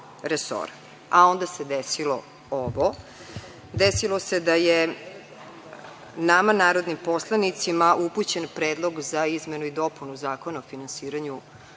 A onda se desilo ovo. Desilo se da je nama narodnim poslanicima upućen Predlog za izmenu i dopunu Zakona o finansiranju